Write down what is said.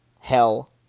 Hell